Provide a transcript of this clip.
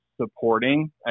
supporting